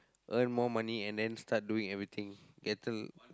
earn more money and then start doing everything